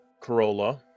Corolla